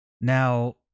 Now